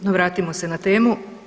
No, vratimo se na temu.